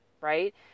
right